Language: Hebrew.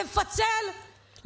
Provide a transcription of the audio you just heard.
לפצל?